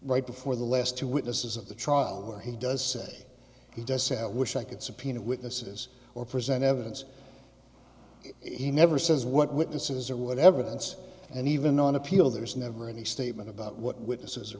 right before the last two witnesses of the trial where he does say he does sat wish i could subpoena witnesses or present evidence he never says what witnesses or whatever that's and even on appeal there is never any statement about what witnesses or